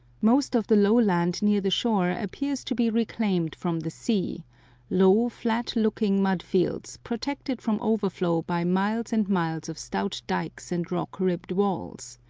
most of the low land near the shore appears to be reclaimed from the sea low, flat-looking mud-fields, protected from overflow by miles and miles of stout dikes and rock-ribbed walls.